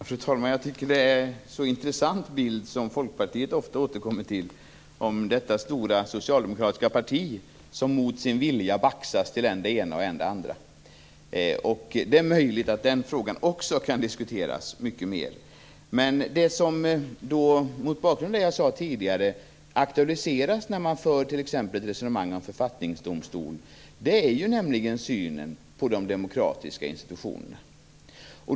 Fru talman! Jag tycker att det är en intressant bild som Folkpartiet ofta återkommer till om detta stora socialdemokratiska parti som mot sin vilja baxas till än det ena, än det andra. Det är möjligt att den frågan kan diskuteras mycket mer. Men mot bakgrund av vad jag sade tidigare är det som aktualiseras när man t.ex. för ett resonemang om en författningsdomstol nämligen synen på de demokratiska institutionerna.